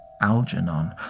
algernon